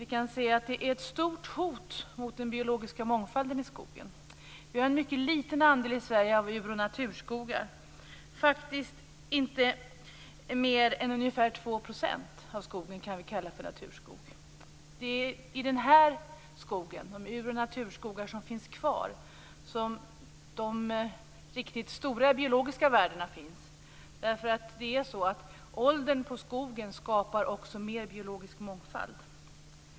Vi kan se att det finns ett stort hot mot den biologiska mångfalden i skogen. Vi har en mycket liten andel ur och naturskogar i Sverige. Det är faktiskt inte mer än ungefär 2 % av skogen som vi kan kalla för naturskog. Det är i den här skogen, i de ur och naturskogar som finns kvar, som de riktigt stora biologiska värdena finns. Det är nämligen så att åldern på skogen skapar mer biologisk mångfald.